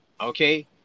okay